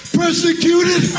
persecuted